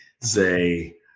Say